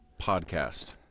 Podcast